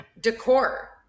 decor